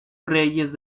reyes